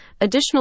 additional